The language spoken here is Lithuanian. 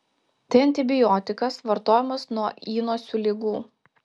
tai antibiotikas vartojamas nuo įnosių ligų